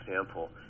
example